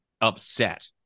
upset